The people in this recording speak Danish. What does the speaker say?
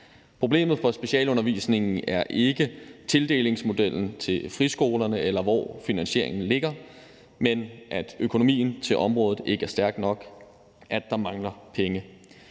Problemet i specialundervisningen er ikke tildelingsmodellen til friskolerne, eller hvor finansieringen ligger, men at økonomien til området ikke er stærk nok, altså at der mangler penge.